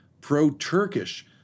pro-Turkish